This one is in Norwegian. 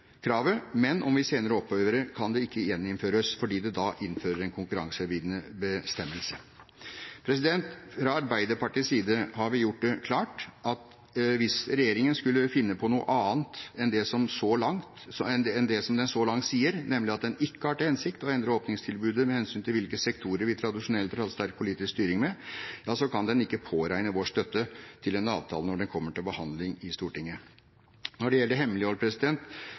kravet. Men om vi senere opphever det, kan det ikke gjeninnføres, fordi det da innfører en konkurransevridende bestemmelse. Fra Arbeiderpartiets side har vi gjort det klart at hvis regjeringen skulle finne på noe annet enn det den så langt sier, nemlig at den ikke har til hensikt å endre åpningstilbudet med hensyn til hvilke sektorer vi tradisjonelt har hatt sterk politisk styring med, ja, så kan den ikke påregne vår støtte til en avtale når den kommer til behandling i Stortinget. Når det gjelder hemmelighold,